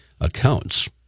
accounts